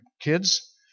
kids